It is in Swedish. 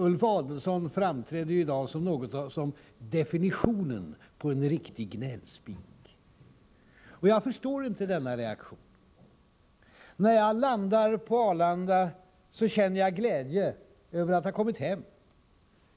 Ulf Adelsohn framträdde i dag såsom definitionen på en riktig gnällspik. Jag förstår inte denna reaktion. När jag landar på Arlanda, känner jag glädje över att ha kommit hem,